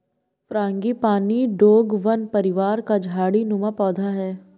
frangipani डोंगवन परिवार का झाड़ी नुमा पौधा है